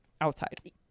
outside